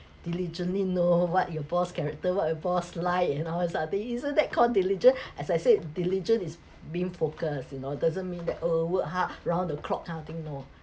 diligently know what your boss's character what your boss like you know this kind of thing isn't that called diligent as I said diligent is being focused you know doesn't mean that oh work hard round the clock kind of thing no